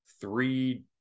three